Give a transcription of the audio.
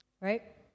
Right